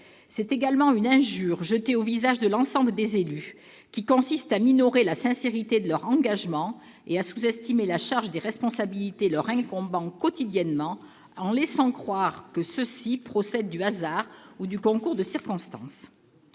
C'est également une injure jetée au visage de l'ensemble des élus, qui consiste à minorer la sincérité de leur engagement et à sous-estimer la charge des responsabilités leur incombant quotidiennement, en laissant croire que ceux-ci procèdent du hasard ou du concours de circonstances.